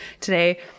today